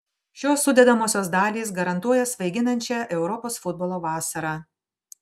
šios sudedamosios dalys garantuoja svaiginančią europos futbolo vasarą